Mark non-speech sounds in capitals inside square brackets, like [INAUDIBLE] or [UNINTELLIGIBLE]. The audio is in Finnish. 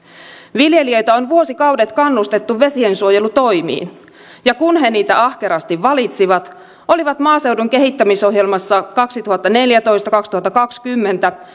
viljelijöitä on vuosikaudet kannustettu vesiensuojelutoimiin ja kun he niitä ahkerasti valitsivat olivat maaseudun kehittämisohjelmassa kaksituhattaneljätoista viiva kaksituhattakaksikymmentä [UNINTELLIGIBLE]